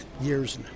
years